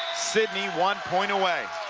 sidney one point away.